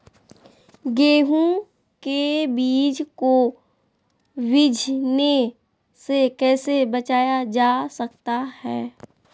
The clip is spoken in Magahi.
गेंहू के बीज को बिझने से कैसे बचाया जा सकता है?